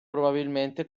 probabilmente